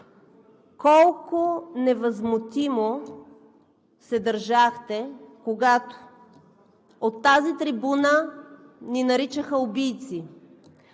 колко невъзмутимо се държахте, когато от тази трибуна ни наричаха „убийци“,